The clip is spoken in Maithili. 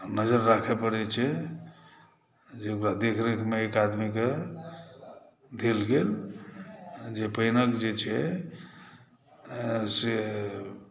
नज़र राखए पड़ै छै जे ओकरा देखरेखमे एक आदमीके देल गेल जे पानिके जे छै से